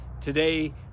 Today